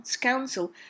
Council